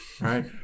right